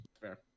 fair